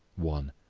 one.